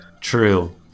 True